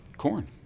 corn